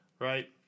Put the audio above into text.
right